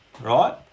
right